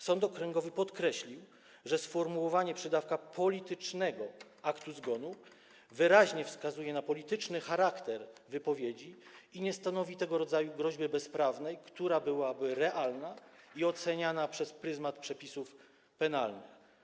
Sąd okręgowy podkreślił, że sformułowanie - przydawka -politycznego aktu zgonu wyraźnie wskazuje na polityczny charakter wypowiedzi i nie stanowi tego rodzaju groźby bezprawnej, która byłaby realna i oceniana przez pryzmat przepisów penalnych.